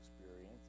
experience